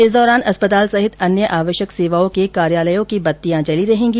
इस दौरान अस्पताल सहित अन्य आवश्यक सेवाओं के कार्यालयों की बत्तीयां जली रहेंगी